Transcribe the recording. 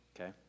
Okay